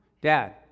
Dad